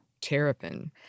terrapin